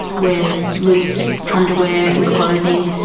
wear loose underwear and clothing.